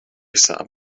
صعب